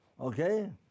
Okay